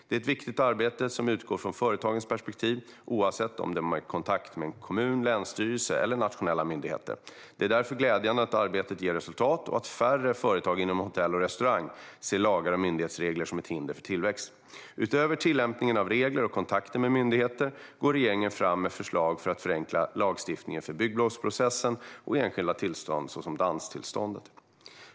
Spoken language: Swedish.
Det är ett viktigt arbete som utgår från företagets perspektiv, oavsett om det är kontakt med kommun, länsstyrelse eller nationella myndigheter. Det är därför glädjande att arbetet ger resultat och att färre företag inom hotell och restaurang ser lagar och myndighetsregler som ett hinder för tillväxt. Utöver tillämpningen av regler och kontakten med myndigheter går regeringen fram med förslag för att förenkla lagstiftningen för bygglovsprocessen och enskilda tillstånd, såsom danstillståndet.